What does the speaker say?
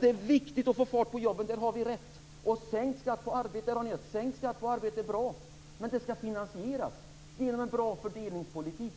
Det är viktigt att få fart på jobben, där har ni rätt. Sänkt skatt på arbete är bra, men det skall finansieras genom en bra fördelningspolitik.